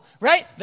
right